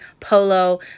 Polo